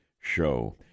show